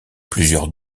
plusieurs